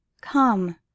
Come